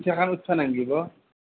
পিঠাখান উঠবা নালগিব